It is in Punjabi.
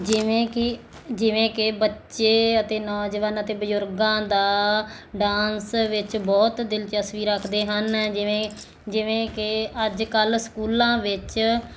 ਜਿਵੇਂ ਕਿ ਜਿਵੇਂ ਕਿ ਬੱਚੇ ਅਤੇ ਨੌਜਵਾਨਾਂ ਅਤੇ ਬਜ਼ੁਰਗਾਂ ਦਾ ਡਾਂਸ ਵਿੱਚ ਬਹੁਤ ਦਿਲਚਸਪੀ ਰੱਖਦੇ ਹਨ ਜਿਵੇਂ ਜਿਵੇਂ ਕਿ ਅੱਜ ਕੱਲ੍ਹ ਸਕੂਲਾਂ ਵਿੱਚ